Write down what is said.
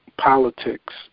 politics